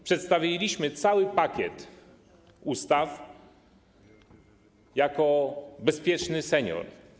Przedstawiliśmy cały pakiet ustaw pn. ˝Bezpieczny senior˝